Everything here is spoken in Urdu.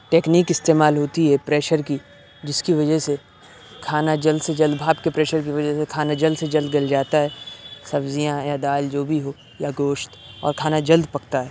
ٹکنیک استعمال ہوتی ہے پریشر کی جس کی وجہ سے کھانا جلد سے جلد بھاپ کے پریشر کی وجہ سے کھانا جلد سے جلد گل جاتا ہے سبزیاں یا دال جو بھی ہو یا گوشت اور کھانا جلد پکتا ہے